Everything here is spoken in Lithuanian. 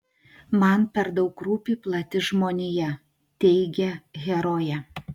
man per daug rūpi plati žmonija teigia herojė